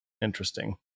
interesting